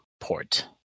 port